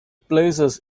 places